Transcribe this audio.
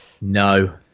no